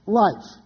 life